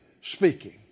speaking